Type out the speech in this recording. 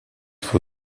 for